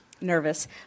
nervous